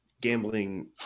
gambling